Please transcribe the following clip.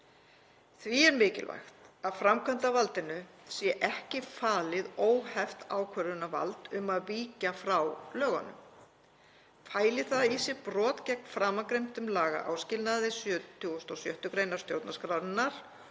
Því er mikilvægt að framkvæmdarvaldinu sé ekki falið óheft ákvörðunarvald um að víkja frá lögunum. Fæli það í sér brot gegn framangreindum lagaáskilnaði 76. gr. stjórnarskrárinnar